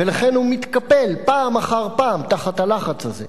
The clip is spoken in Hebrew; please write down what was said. ולכן הוא מתקפל פעם אחר פעם תחת הלחץ הזה.